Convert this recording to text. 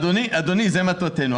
אדוני, זו מטרתנו.